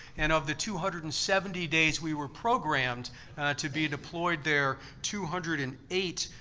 and of the two hundred and seventy days we were programmed to be deployed there, two hundred and eight,